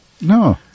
No